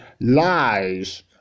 lies